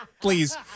Please